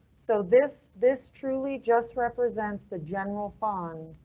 so this this truly just represents the general fund.